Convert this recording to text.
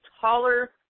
taller